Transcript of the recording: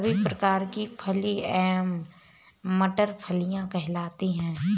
सभी प्रकार की फली एवं मटर फलियां कहलाती हैं